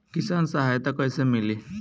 किसान सहायता कईसे मिली?